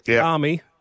army